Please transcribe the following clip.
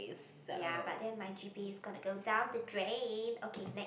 ya but then my g_p_a is gonna go down the drain okay ne~